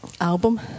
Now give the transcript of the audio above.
album